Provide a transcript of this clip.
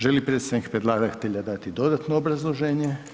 Želi li predstavnik predlagatelja dati dodatno obrazloženje?